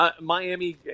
Miami